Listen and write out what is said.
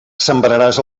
sembraràs